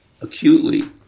acutely